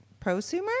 prosumer